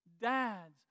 Dads